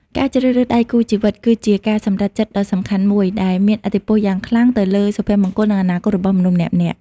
ការជ្រើសរើសដៃគូជីវិត គឺជាការសម្រេចចិត្តដ៏សំខាន់មួយ ដែលមានឥទ្ធិពលយ៉ាងខ្លាំងទៅលើសុភមង្គល និងអនាគតរបស់មនុស្សម្នាក់ៗ។